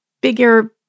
bigger